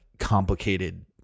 complicated